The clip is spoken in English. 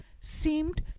seemed